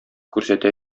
күрсәтә